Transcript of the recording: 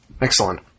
Excellent